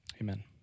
Amen